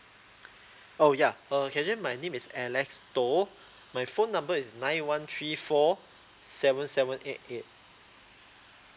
oh ya uh okay my name is alex toh my phone number is nine one three four seven seven eight eight